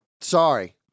Sorry